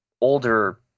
older